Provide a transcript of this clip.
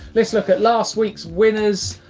lets look at last weeks winners.